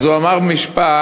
אז הוא אמר משפט,